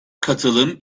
katılım